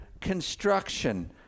construction